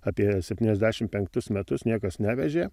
apie septyniasdešim penktus metus niekas nevežė